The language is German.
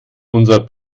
unser